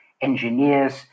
engineers